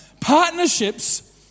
Partnerships